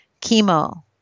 chemo